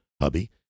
hubby